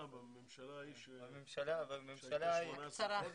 בממשלה שהייתה 18 חודש?